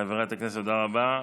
חברת הכנסת, תודה רבה.